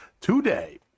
today